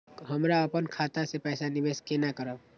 हम अपन खाता से पैसा निवेश केना करब?